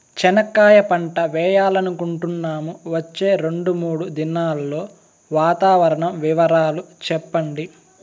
చెనక్కాయ పంట వేయాలనుకుంటున్నాము, వచ్చే రెండు, మూడు దినాల్లో వాతావరణం వివరాలు చెప్పండి?